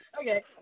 Okay